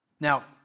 Now